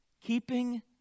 Keeping